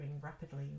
rapidly